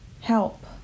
help